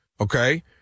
okay